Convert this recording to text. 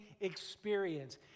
experience